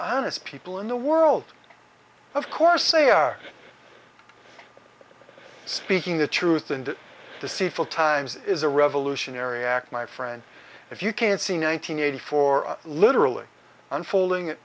honest people in the world of course they are speaking the truth and to see four times is a revolutionary act my friend if you can't see nine hundred eighty four literally unfolding